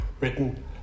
Written